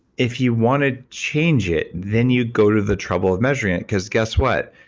if you want to change it, then you go to the trouble of measuring it. because guess what?